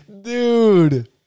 Dude